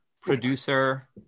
producer